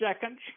seconds